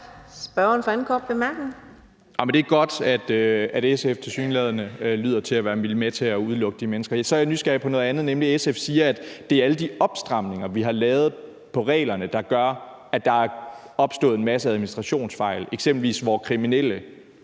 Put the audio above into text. Mikkel Bjørn (DF): Det er godt, at SF tilsyneladende vil være med til at udelukke de mennesker. Så er jeg nysgerrig på noget andet, og det er, at SF siger, at det er alle de opstramninger af reglerne, som vi har lavet, der gør, at der er opstået en masse administrationsfejl, så eksempelvis kriminelle